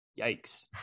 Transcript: Yikes